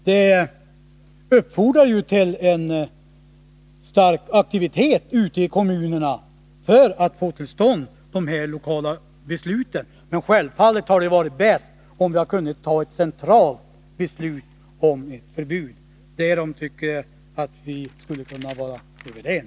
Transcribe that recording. Det uppfordrar till en stor aktivitet ute i kommunerna för att få till stånd dessa lokala beslut. Men självfallet hade det varit bäst om vi hade kunnat få ett centralt beslut om förbud. Därom tycker jag att vi skulle kunna vara överens.